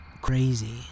crazy